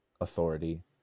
authority